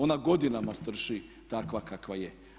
Ona godinama strši takva kakva je.